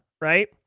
right